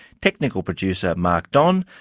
technical producer, mark don,